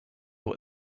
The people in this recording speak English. what